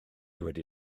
wedi